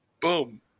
Boom